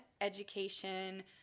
education